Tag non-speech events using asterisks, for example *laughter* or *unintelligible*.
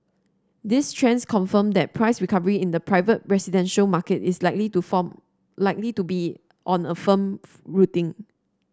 these trends confirm that price recovery in the private residential market is likely to form likely to be on a firm *unintelligible* rooting